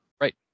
Right